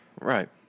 Right